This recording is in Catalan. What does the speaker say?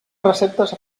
receptes